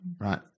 Right